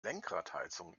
lenkradheizung